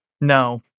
No